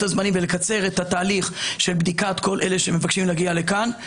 הזמנים ולקצר את התהליך של בדיקת כל אלה שמבקשים להגיע לכאן,